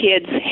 kids